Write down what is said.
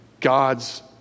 God's